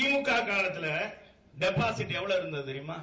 திமுக காலத்தில டெபாசிட் எவ்வளவு இருந்தது தெரியுமா